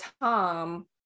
Tom